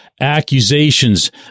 accusations